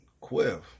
Quiff